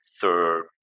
third